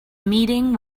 meeting